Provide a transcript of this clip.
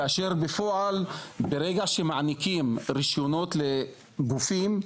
כאשר בפועל ברגע שמעניקים רישיונות לגופים,